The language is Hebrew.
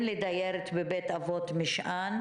קודם הייתי אומר לה: צאי החוצה,